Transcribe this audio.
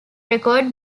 record